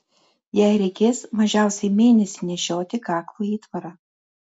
jai reikės mažiausiai mėnesį nešioti kaklo įtvarą